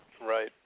Right